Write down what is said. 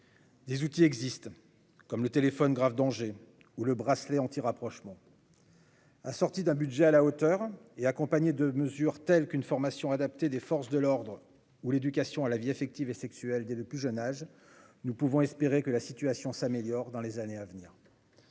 Des outils existent, comme le téléphone grave danger ou le bracelet anti-rapprochement. En les assortissant d'un budget à la hauteur et en les accompagnant de mesures telles qu'une formation adaptée des forces de l'ordre ou l'éducation à la vie affective et sexuelle dès le plus jeune âge, nous pouvons espérer que la situation s'améliore dans les années à venir.